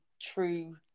true